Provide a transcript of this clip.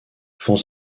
font